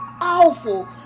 awful